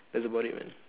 that's about it man